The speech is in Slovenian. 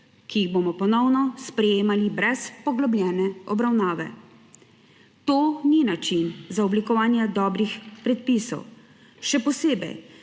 ki jih bomo ponovno sprejemali brez poglobljene obravnave. To ni način za oblikovanje dobrih predpisov, še posebej,